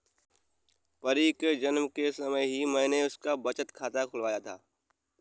परी के जन्म के समय ही मैने उसका बचत खाता खुलवाया था